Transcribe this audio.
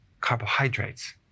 carbohydrates